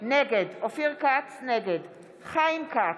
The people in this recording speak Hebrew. נגד חיים כץ,